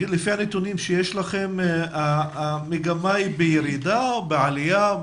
לפי הנתונים שיש לכם המגמה היא בירידה או בעלייה?